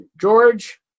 George